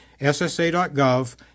ssa.gov